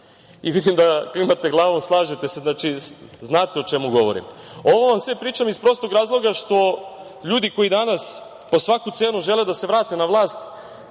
da klimate glavom, slažete se, znate o čemu govorim. Ovo vam sve pričam iz prostog razloga što ljudi koji danas po svaku cenu žele da se vrate na vlast